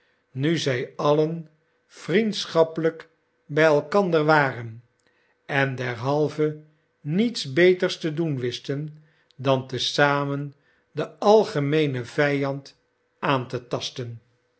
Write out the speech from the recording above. nu zij alien vriendschappelijk bij elkander waren en derhalve niets beters te doen wisten dan te zamen den algemeenen vijand aan te fasten